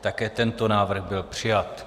Také tento návrh byl přijat.